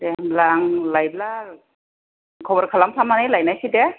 दे होनब्ला आं लायब्ला खबर खालामखांनानै लायनाोसै दे